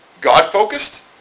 God-focused